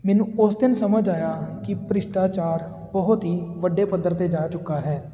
ਮੈਨੂੰ ਉਸ ਦਿਨ ਸਮਝ ਆਇਆ ਕਿ ਭ੍ਰਿਸ਼ਟਾਚਾਰ ਬਹੁਤ ਹੀ ਵੱਡੇ ਪੱਧਰ 'ਤੇ ਜਾ ਚੁੱਕਾ ਹੈ